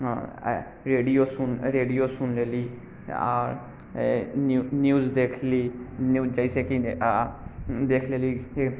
radio सुन radio सुन लेली आर न्यूज न्यूज देखली न्यूज जैसेकि देख लेली कि